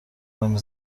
نمی